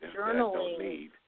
journaling